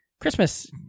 Christmas